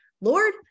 Lord